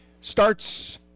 starts